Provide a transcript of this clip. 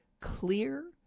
clear